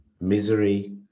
Misery